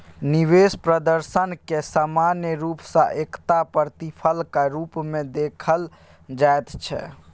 निवेश प्रदर्शनकेँ सामान्य रूप सँ एकटा प्रतिफलक रूपमे देखल जाइत छै